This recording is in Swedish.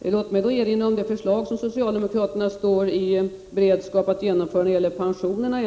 Låt mig då erinra om det förslag som socialdemokraterna står i beredskap att genomföra när det gäller pensionerna.